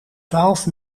twaalf